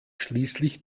schließlich